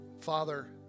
Father